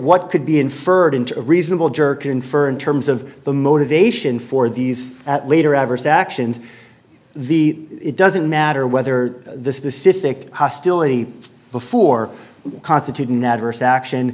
what could be inferred into a reasonable juror can infer in terms of the motivation for these at later adverse actions the it doesn't matter whether the specific hostility before constitute an adverse action